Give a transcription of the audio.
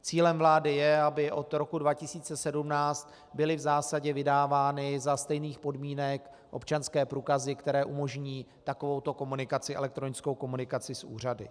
Cílem vlády je, aby od roku 2017 byly v zásadě vydávány za stejných podmínek občanské průkazy, které umožní takovouto komunikaci, elektronickou komunikaci, s úřady.